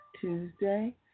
Tuesday